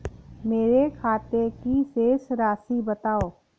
मेरे खाते की शेष राशि बताओ?